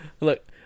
Look